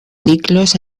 ciclos